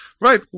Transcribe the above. Right